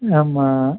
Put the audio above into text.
ஆமாம்